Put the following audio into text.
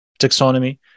taxonomy